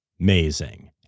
amazing